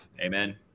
Amen